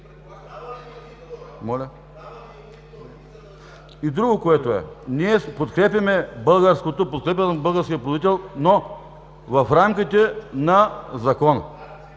И другото, което е – ние си подкрепяме българското, подкрепяме българския производител, но в рамките на Закона.